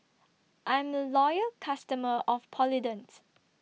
I'm A Loyal customer of Polident